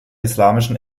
islamischen